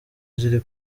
ziri